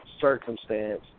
circumstance